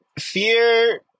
Fear